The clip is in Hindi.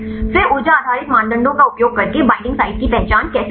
फिर ऊर्जा आधारित मानदंडों का उपयोग करके बईंडिंग साइट की पहचान कैसे करें